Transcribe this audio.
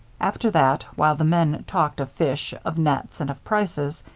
after that, while the men talked of fish, of nets, and of prices,